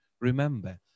remember